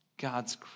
God's